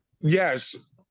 Yes